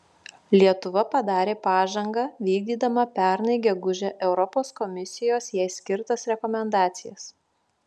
lietuva padarė pažangą vykdydama pernai gegužę europos komisijos jai skirtas rekomendacijas